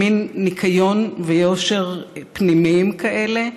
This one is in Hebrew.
מין ניקיון ויושר פנימיים כאלה,